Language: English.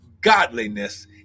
godliness